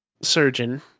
surgeon –